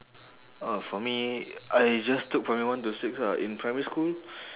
ah for me I just took primary one to six ah in primary school